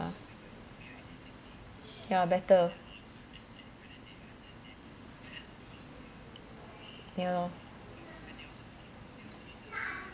ah ya better ya lor